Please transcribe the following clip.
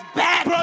back